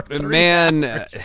man